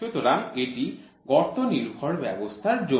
সুতরাং এটি গর্ত নির্ভর ব্যবস্থার জন্য